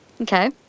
Okay